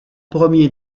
premier